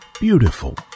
Beautiful